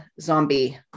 Zombie